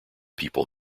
people